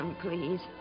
Please